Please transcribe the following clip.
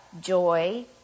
joy